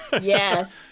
Yes